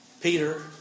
Peter